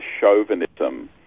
chauvinism